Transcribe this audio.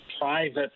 private